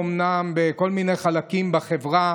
אומנם בכל מיני חלקים בחברה,